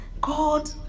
God